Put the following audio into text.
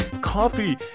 Coffee